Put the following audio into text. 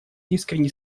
искренне